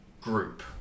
group